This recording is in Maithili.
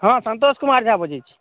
हॅं संतोष कुमार झा बजै छी